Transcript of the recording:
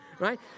right